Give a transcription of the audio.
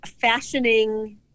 fashioning